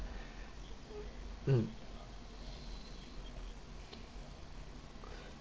mm